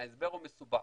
ההסבר הוא מסובך,